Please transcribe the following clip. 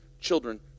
children